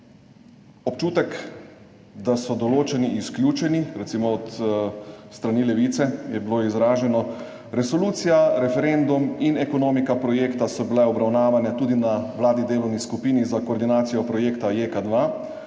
Občutek, da so določeni izključeni, recimo s strani Levice je bilo izraženo, resolucija, referendum in ekonomika projekta so bili obravnavani tudi na vladni delovni skupini za koordinacijo projekta JEK2,